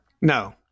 No